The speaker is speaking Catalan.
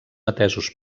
atesos